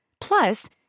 Plus